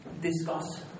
discuss